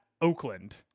Oakland